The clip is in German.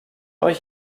euch